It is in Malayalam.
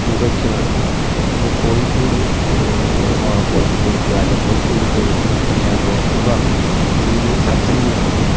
തുകയ്ക്ക് നല്കുക അവർക്ക് കോഴിക്കൂട് കൊടുക്കുക അല്ലെങ്കിൽ കോഴിക്കൂട് തൊഴുത്തിനെ പണിയാനുള്ള തുക കൈയിൽ സബ്സീഡി നല്കുക